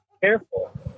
careful